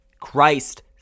Christ